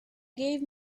gave